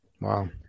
Wow